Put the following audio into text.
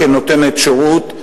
כנותנת שירות,